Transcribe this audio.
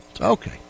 Okay